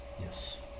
yes